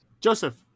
Joseph